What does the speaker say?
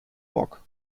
bock